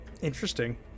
Interesting